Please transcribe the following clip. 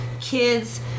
kids